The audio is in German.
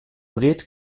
dreht